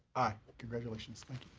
aye. congratulations, thank